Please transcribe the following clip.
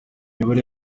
imibare